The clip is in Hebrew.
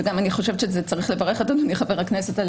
ואני גם חושבת שצריך לברך את אדוני חבר הכנסת על